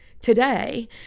today